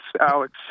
Alex